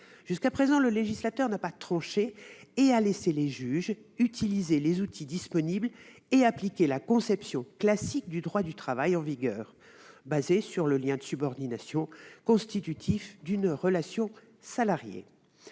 Jusqu'à présent, le législateur n'a pas tranché : il a laissé les juges utiliser les outils disponibles et appliquer la conception classique du droit travail en vigueur, reposant sur le lien de subordination constitutif d'une relation salariée.